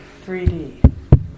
3D